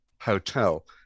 hotel